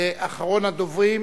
ואחרון הדוברים,